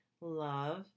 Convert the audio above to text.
love